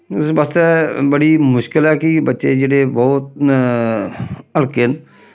इस बास्तै बड़ी मुश्कल ऐ कि बच्चे जेह्ड़े ब्हौत हल्के न